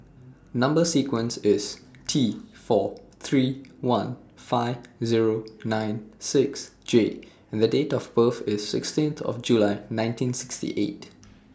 Number sequence IS T four three one five Zero nine six J and Date of birth IS sixteen of July nineteen sixty eight